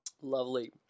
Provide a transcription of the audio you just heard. Lovely